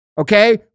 Okay